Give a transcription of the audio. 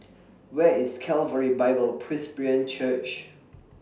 Where IS Calvary Bible Presbyterian Church